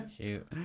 Shoot